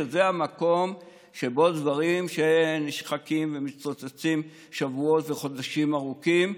שזה המקום שבו דברים שנשחקים ומתפוצצים שבועות וחודשים ארוכים,